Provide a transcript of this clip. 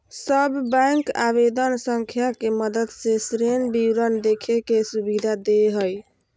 सब बैंक आवेदन संख्या के मदद से ऋण विवरण देखे के सुविधा दे हइ